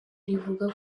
rivuga